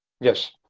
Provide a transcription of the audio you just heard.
yes